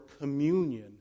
communion